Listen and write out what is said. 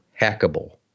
hackable